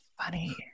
funny